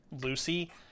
Lucy